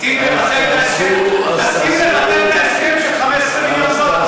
תסכים לבטל את ההסכם של 15 מיליון דולר,